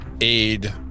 aid